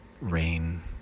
rain